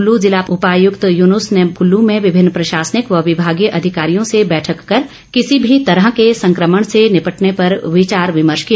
कृल्लू जिला उपायुक्त यूनुस ने कुल्लू में विभिन्न प्रशासनिक व विभागीय अधिकारियों से बैठक कर किसी भी तरह के संक्रमण से निपटने पर विचार विमर्श किया